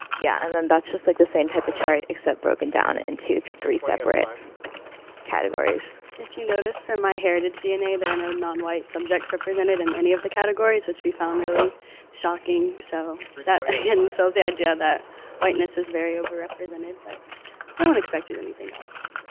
yeah, and then that's just like the same type of chart except broken down into three separate categories. if you notice from my heritage dna, there are no non-white subjects represented in any of the categories, which we found really shocking. so that ah again, sells the idea that whiteness is very over represented, but no one expected anything else.